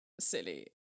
silly